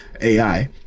AI